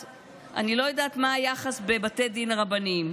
אדוני, אני לא יודעת מה היחס בבתי דין רבניים,